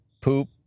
poop